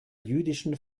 jüdischen